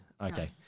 Okay